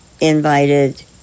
invited